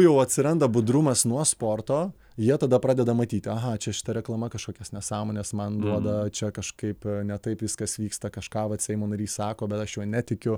jau atsiranda budrumas nuo sporto jie tada pradeda matyti aha čia šita reklama kažkokias nesąmones man duoda čia kažkaip ne taip viskas vyksta kažką vat seimo narys sako bet aš juo netikiu